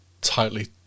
tightly